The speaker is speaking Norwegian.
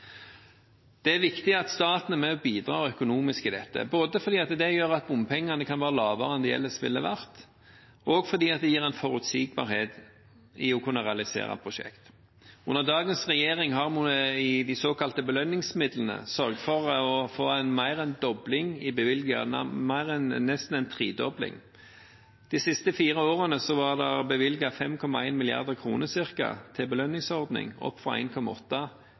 Det er viktig at staten er med og bidrar økonomisk i dette, både fordi det gjør at bompengene kan være lavere enn de ellers ville vært, og fordi det gir en forutsigbarhet for å kunne realisere prosjektet. Under dagens regjering har vi med de såkalte belønningsmidlene sørget for å få mer enn en dobling av bevilgningene, nesten en tredobling. De siste fire årene var det bevilget ca. 5,1 milliarder kr til belønningsordning, opp fra